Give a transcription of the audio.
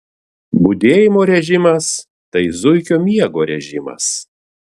budėjimo režimas tai zuikio miego režimas